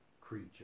creature